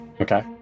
Okay